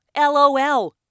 LOL